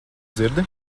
dzirdi